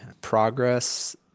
progress